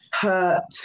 hurt